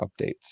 updates